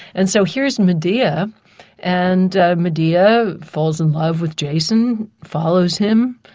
and so here's medea and medea falls in love with jason, follows him,